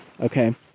okay